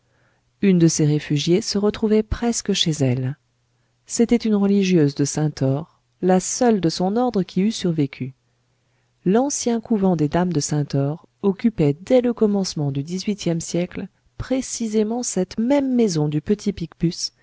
une de ces réfugiées se retrouvait presque chez elle c'était une religieuse de sainte aure la seule de son ordre qui eût survécu l'ancien couvent des dames de sainte aure occupait dès le commencement du xviiième siècle précisément cette même maison du